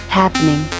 happening